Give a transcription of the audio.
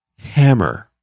HAMMER